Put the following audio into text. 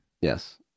Yes